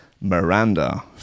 Miranda